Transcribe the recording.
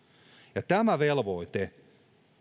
ja tämä velvoite